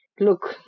look